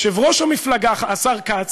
יושב-ראש המפלגה, השר כץ,